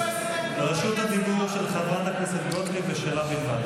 רשות הדיבור של חברת הכנסת גוטליב ושלה בלבד.